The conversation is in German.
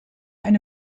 eine